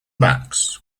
max